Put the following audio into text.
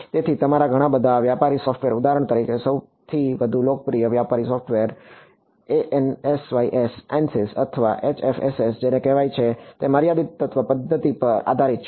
તેથી તમારા ઘણા બધા વ્યાપારી સોફ્ટવેર ઉદાહરણ તરીકે સૌથી વધુ લોકપ્રિય વ્યાપારી સોફ્ટવેર ઉદાહરણ તરીકે ANSYS અથવા HFSS જેને કહેવાય છે તે મર્યાદિત તત્વ પદ્ધતિ પર આધારિત છે